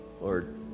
Lord